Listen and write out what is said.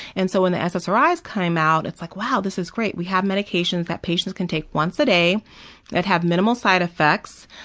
and so when the so ssris came out, it's like, wow, this is great. we have medications that patients can take once a day that have minimal side effects.